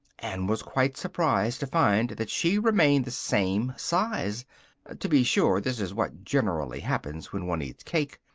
and was quite surprised to find that she remained the same size to be sure this is what generally happens when one eats cake,